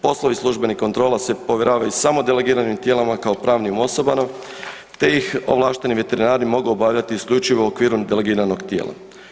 Poslovi službenih kontrola se povjeravaju samo delegiranim tijelima kao pravnim osobama te ih ovlašteni veterinari mogu obavljati isključivo u okviru delegiranog tijela.